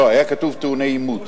לא, היה כתוב: "טעוני אימות".